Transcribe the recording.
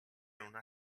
una